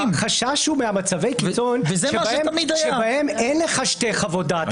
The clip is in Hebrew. החשש הוא ממצבי הקיצון, שבהם אין לך שתי חוות-דעת.